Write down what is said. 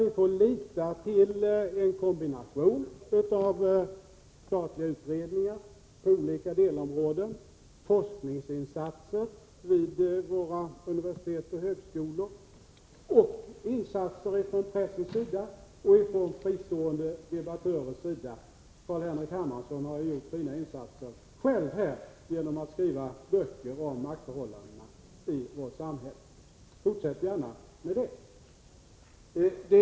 Vi får lita till en kombination av statliga utredningar på olika delområden, forskningsinsatser vid universitet och högskolor och insatser från pressens sida och av fristående debattörer; Carl-Henrik Hermansson har ju själv gjort fina insatser här genom att skriva böcker om maktförhållandena i vårt samhälle. Fortsätt gärna med det!